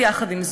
יחד עם זאת,